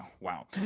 Wow